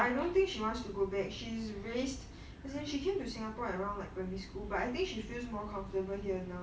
but I don't think she wants to go back she's raised as in she came to singapore I around like primary school but I think she feels more comfortable here now